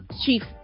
chief